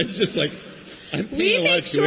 just like we like so